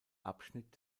abschnitt